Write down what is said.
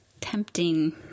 tempting